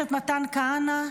כהנא,